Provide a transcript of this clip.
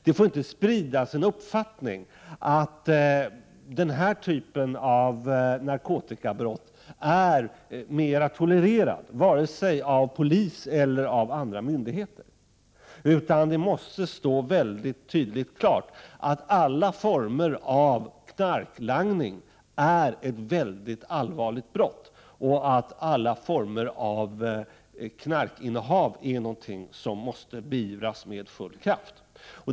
Det får inte spridas en uppfattning att den här typen av narkotikabrott är mera tolererad av polis eller andra myndigheter, utan det måste tydligt klargöras att alla former av knarklangning är ett väldigt allvarligt brott och att alla former av narkotikainnehav är någonting som måste beivras med full kraft.